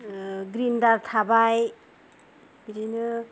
grinder थाबाय बिदिनो